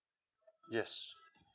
yes